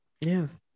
Yes